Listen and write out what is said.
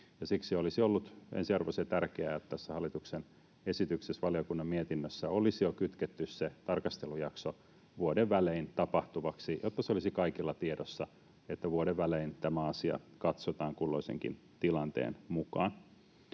siksi olisi ollut ensiarvoisen tärkeää, että tässä jo hallituksen esityksessä ja valiokunnan mietinnössä olisi kytketty se tarkastelujakso vuoden välein tapahtuvaksi, jotta olisi kaikilla tiedossa, että vuoden välein tämä asia katsotaan kulloisenkin tilanteen mukaan.